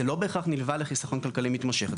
זה לא בהכרח נלווה לחיסכון כלכלי מתמשך.